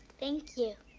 thank you.